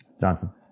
Johnson